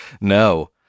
No